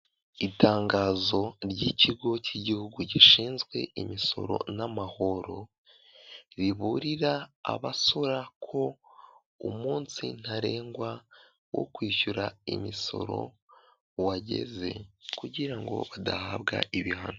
Itangazo ry'ikigo cy'igihugu gishinzwe imisoro n'amahoro riburira abasora ko umunsi ntarengwa wo kwishyura imisoro wageze kugira ngo badahabwa ibihano.